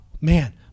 man